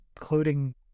including